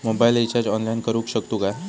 Mobile recharge online करुक शकतू काय?